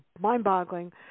mind-boggling